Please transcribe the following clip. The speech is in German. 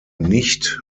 nicht